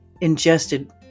ingested